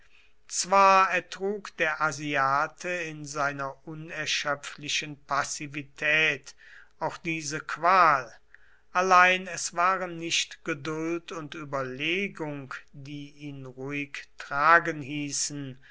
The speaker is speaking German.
zwar ertrug der asiate in seiner unerschöpflichen passivität auch diese qual allein es waren nicht geduld und überlegung die ihn ruhig tragen hießen